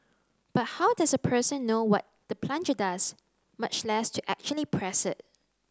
but how does a person know what the plunger does much less to actually press it